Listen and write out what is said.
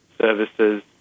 services